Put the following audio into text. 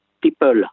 people